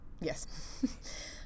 yes